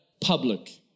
public